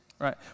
right